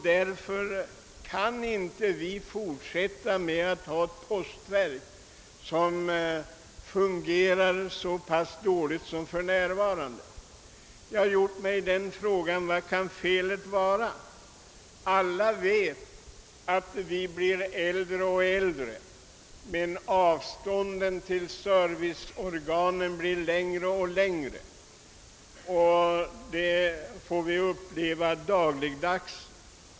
Vi kan inte fortsätta att ha ett postverk som fungerar så dåligt som för närvarande är fallet. Var kan felet till detta ligga? Alla blir vi äldre och äldre, men avstånden till serviceorganen blir längre och längre. Det får vi uppleva dagligdags.